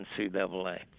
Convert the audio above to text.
NCAA